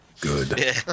Good